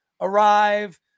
arrive